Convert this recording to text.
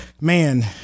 man